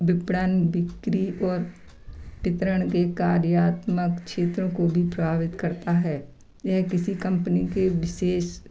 वितरण बिक्री और वितरण के कार्यात्मक क्षेत्रों को भी प्रभावित करता है यह किसी कंपनी के विशेष